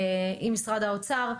עם משרד האוצר,